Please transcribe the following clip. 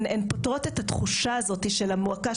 הן פותרות את התחושה של המועקה,